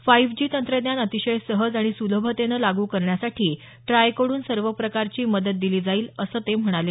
five G तंत्रज्ञान अतिशय सहज आणि सुलभतेनं लागू करण्यासाठी ट्रायकडून सर्व प्रकारची मदत दिली जाईल असं ते म्हणाले